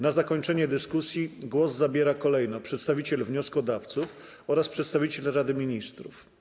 Na zakończenie dyskusji głos zabiera kolejno przedstawiciel wnioskodawców oraz przedstawiciel Rady Ministrów.